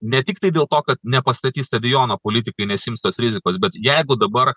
ne tiktai dėl to kad nepastatys stadiono politikai nesiims tos rizikos bet jeigu dabar